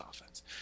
offense